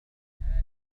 هذه